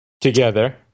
together